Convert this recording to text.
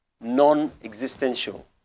non-existential